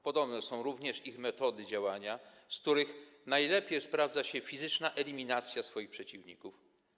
Podobne są również ich metody działania, z których najlepiej sprawdza się fizyczna eliminacja swoich przeciwników.